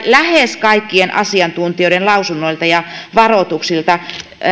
lähes kaikkien asiantuntijoiden lausunnoilta ja varoituksilta